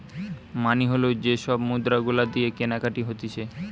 মানি হল যে সব মুদ্রা গুলা দিয়ে কেনাকাটি হতিছে